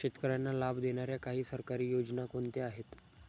शेतकऱ्यांना लाभ देणाऱ्या काही सरकारी योजना कोणत्या आहेत?